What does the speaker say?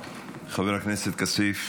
חבר הכנסת כסיף.